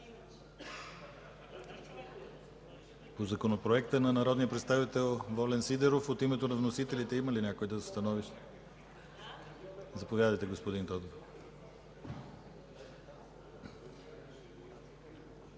По Законопроекта на народния представител Волен Сидеров от името на вносителите има ли някой? Заповядайте, господин Тодоров.